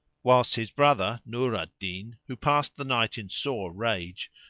whilst his brother nur al-din, who passed the night in sore rage,